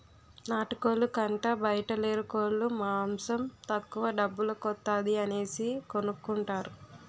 నాటుకోలు కంటా బాయలేరుకోలు మాసం తక్కువ డబ్బుల కొత్తాది అనేసి కొనుకుంటారు